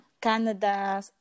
Canada